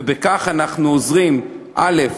ובכך אנחנו עוזרים: א.